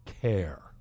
care